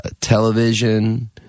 television